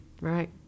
Right